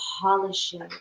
polishing